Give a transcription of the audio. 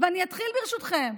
ואני אתחיל, ברשותכם,